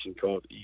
called